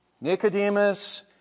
Nicodemus